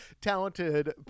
talented